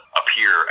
appear